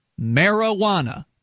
marijuana